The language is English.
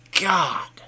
God